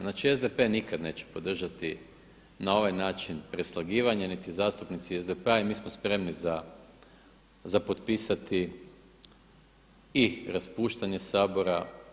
Znači, SDP nikad neće podržati na ovaj način preslagivanje, niti zastupnici SDP-a i mi smo spremni za potpisati i raspuštanje Sabora.